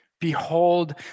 behold